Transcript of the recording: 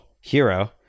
hero